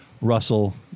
Russell